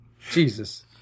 Jesus